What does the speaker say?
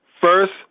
First